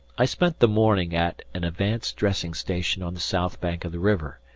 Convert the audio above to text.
i spent the morning at an advanced dressing station on the south bank of the river.